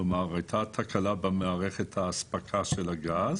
כלומר, הייתה תקלה במערכת האספקה של הגז